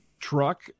truck